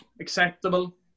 acceptable